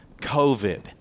COVID